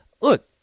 look